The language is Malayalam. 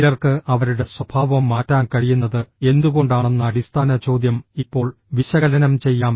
ചിലർക്ക് അവരുടെ സ്വഭാവം മാറ്റാൻ കഴിയുന്നത് എന്തുകൊണ്ടാണെന്ന അടിസ്ഥാന ചോദ്യം ഇപ്പോൾ വിശകലനം ചെയ്യാം